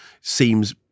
seems